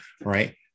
right